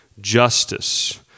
justice